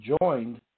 joined